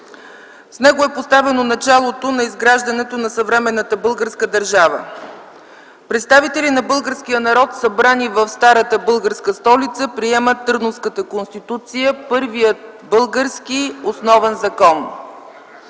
С него е поставено началото на изграждането на съвременната българска държава. Представители на българския народ, събрани в старата българска столица, приемат Търновската конституция – първия български основен закон.